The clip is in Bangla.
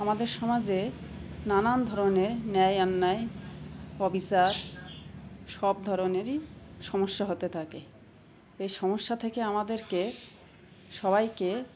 আমাদের সমাজে নানান ধরনের ন্যায় অন্যায় অবিচার সব ধরনেরই সমস্যা হতে থাকে এই সমস্যা থেকে আমাদেরকে সবাইকে